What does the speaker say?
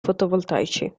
fotovoltaici